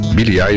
Billy